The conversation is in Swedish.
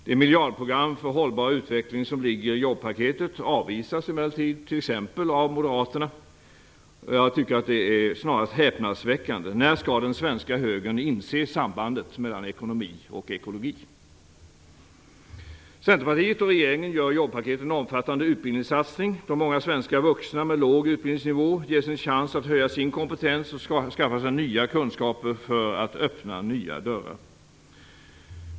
Det miljardprogram för hållbar utveckling som ligger i jobbpaketet avvisas emellertid, t.ex. av Moderaterna. Det är snarast häpnadsväckande. När skall den svenska högern inse sambandet mellan ekonomi och ekologi? Centerpartiet och regeringen gör i jobbpaketet en omfattande utbildningssatsning där många svenska vuxna med en låg utbildningsnivå ges en chans att höja sin kompetens och skaffa sig nya kunskaper för att öppna nya dörrar.